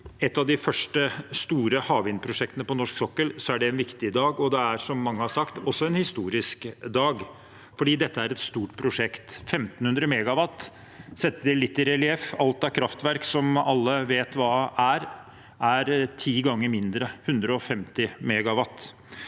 et av de første store havvindprosjektene på norsk sokkel, er det en viktig dag. Det er også, som mange har sagt, en historisk dag, for dette er et stort prosjekt – 1 500 MW. For å sette det litt i relieff: Alt av kraftverk som alle vet hva er, er ti ganger mindre – 150 MW.